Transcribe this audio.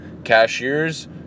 Cashiers